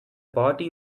party